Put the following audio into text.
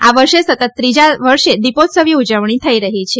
આ વર્ષે સતત ત્રીજા દિવસે દિપોત્સવી ઉજવણી થઇ રહી છે